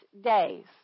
days